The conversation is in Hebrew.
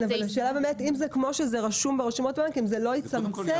אם זה כמו שזה רשום ברשומות, אם זה לא יצמצם.